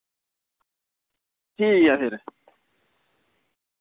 ठीक ऐ फिर